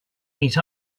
meet